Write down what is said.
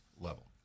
level